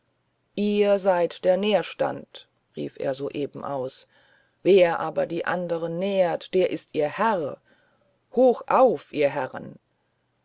ihr seid der nährstand rief er soeben aus wer aber die andern nährt der ist ihr herr hoch auf ihr herren